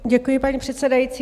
Děkuji, paní předsedající.